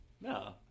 No